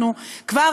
אנחנו כבר,